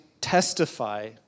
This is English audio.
testify